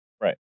Right